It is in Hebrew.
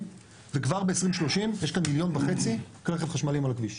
וכבר מ-2030 יש כאן 1.5 מיליון כלי רכב חשמליים על הכביש.